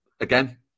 Again